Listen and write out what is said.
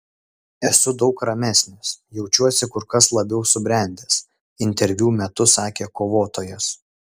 esu daug ramesnis jaučiuosi kur kas labiau subrendęs interviu metu sakė kovotojas